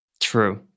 True